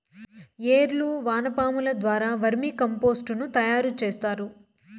ఏర్లు వానపాముల ద్వారా వర్మి కంపోస్టుని తయారు చేస్తారు